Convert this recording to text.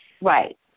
Right